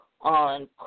on